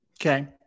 Okay